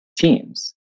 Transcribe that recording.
Teams